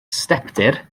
stepdir